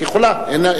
את יכולה.